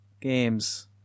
games